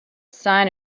sign